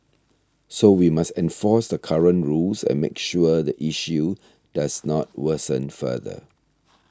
so we must enforce the current rules and make sure the issue does not worsen further